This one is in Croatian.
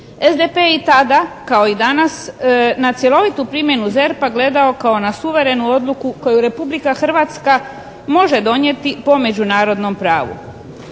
SDP je i tada kao i danas na cjelovitu primjenu ZERP-a gledao kao na suverenu odluku koju Republika Hrvatska može donijeti po međunarodnom pravu.